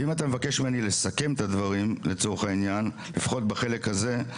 אם אתה מבקש ממני לסכם את הדברים לפחות בחלק הזה,